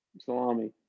Salami